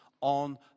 on